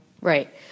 Right